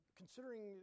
considering